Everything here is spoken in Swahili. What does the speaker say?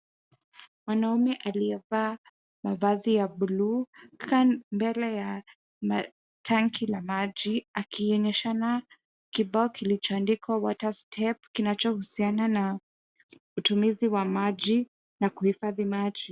Mwanaume aliyevaa mavazi ya bluu mbele ya tanki la maji akionyeshana kibao kilichoandikwa water step kinachohusiana na utumizi wa maji na kuhifadhi maji.